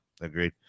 agreed